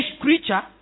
creature